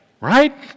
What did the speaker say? Right